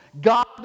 god